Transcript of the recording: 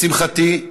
לשמחתי,